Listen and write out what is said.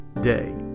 day